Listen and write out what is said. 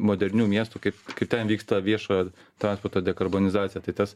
modernių miestų kaip ten vyksta viešojo transporto dekarbonizacija tai tas